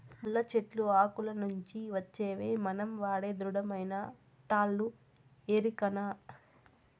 ముళ్ళ చెట్లు ఆకుల నుంచి వచ్చేవే మనం వాడే దృఢమైన తాళ్ళు ఎరికనా